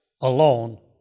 alone